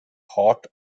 hot